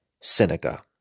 Seneca